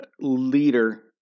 leader